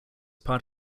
part